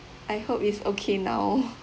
I hope it's okay now